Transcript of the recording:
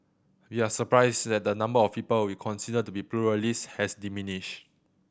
we are surprised that the number of people we consider to be pluralist has diminished